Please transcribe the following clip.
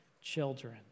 children